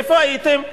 איפה הייתם?